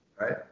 Right